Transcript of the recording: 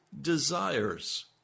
desires